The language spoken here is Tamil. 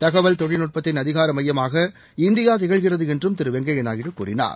தகவல் தொழில்நுட்பத்தின் அதிகார மையமாக இந்தியா திகழ்கிறது என்றும் திரு வெங்கையா நாயுடு கூறினார்